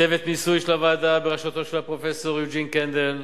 צוות מיסוי של הוועדה בראשותו של פרופסור יוג'ין קנדל,